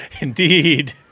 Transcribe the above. Indeed